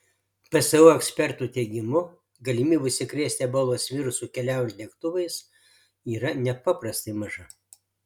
pso ekspertų teigimu galimybė užsikrėsti ebolos virusu keliaujant lėktuvais yra nepaprastai maža